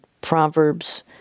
Proverbs